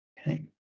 Okay